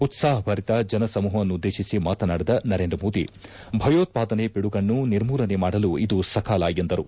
ಉತ್ಸಾಪಭರಿತ ಜನಸಮೂಪವನ್ನುದ್ದೇಪಿಸಿ ಮಾತನಾಡಿದ ನರೇಂದ್ರ ಮೋದಿ ಭಯೋತ್ಪಾದನೆ ಪಿಡುಗನ್ನು ನಿರ್ಮೂಲನೆ ಮಾಡಲು ಇದು ಸಕಾಲ ಎಂದರು